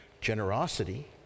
generosity